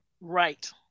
Right